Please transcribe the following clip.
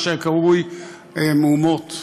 מה שהיה קרוי מהומות תרפ"ט,